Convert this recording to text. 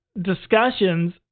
discussions